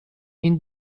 این